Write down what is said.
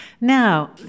Now